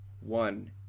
one